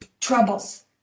troubles